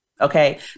Okay